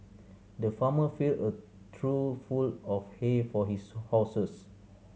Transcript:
the farmer filled a trough full of hay for his horses